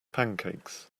pancakes